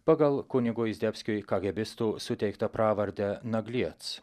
pagal kunigui zdebskiui kagėbistų suteiktą pravardę nagliec